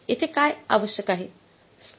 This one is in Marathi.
येथे काय आवश्यक आहे